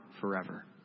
forever